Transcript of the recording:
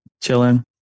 chilling